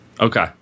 okay